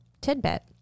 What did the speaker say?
tidbit